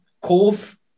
Cove